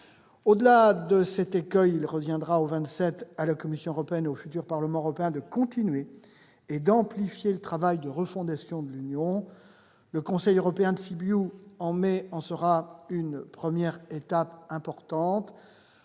Au-delà de cet écueil, il reviendra aux Vingt-Sept, à la Commission européenne et au futur Parlement européen de continuer et d'amplifier le travail de refondation de l'Union. Le Conseil européen de Sibiu, en mai, sera une première étape importante.